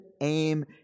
aim